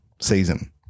season